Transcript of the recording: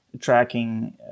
tracking